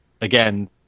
again